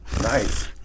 Nice